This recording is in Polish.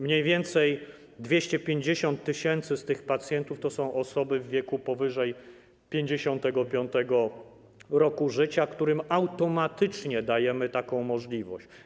Mniej więcej 250 tys. z tych pacjentów to są osoby w wieku powyżej 55. roku życia, którym automatycznie dajemy taką możliwość.